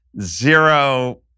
zero